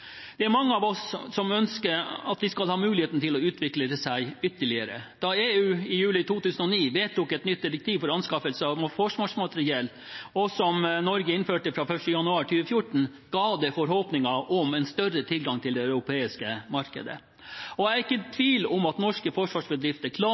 Det er mange av oss som ønsker at de skal ha muligheten til å utvikle seg ytterligere. Da EU i juli 2009 vedtok et nytt direktiv for anskaffelser av forsvarsmateriell, og som Norge innførte fra 1. januar 2014, ga det forhåpninger om en større tilgang til det europeiske markedet. Jeg er ikke i tvil om at norske forsvarsbedrifter